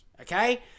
Okay